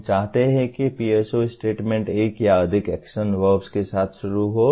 हम चाहते हैं कि PSO स्टेटमेंट एक या अधिक एक्शन वर्ब्स के साथ शुरू हो